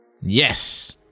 Yes